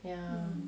ya